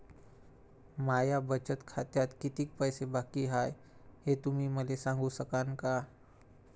माया बचत खात्यात कितीक पैसे बाकी हाय, हे तुम्ही मले सांगू सकानं का?